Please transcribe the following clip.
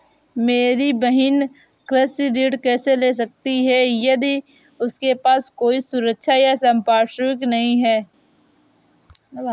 मेरी बहिन कृषि ऋण कैसे ले सकती है यदि उसके पास कोई सुरक्षा या संपार्श्विक नहीं है?